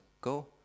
go